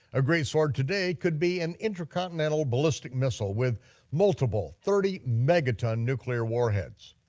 a great sword today could be an intercontinental ballistic missile, with multiple thirty megaton nuclear warheads.